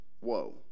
whoa